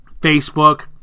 Facebook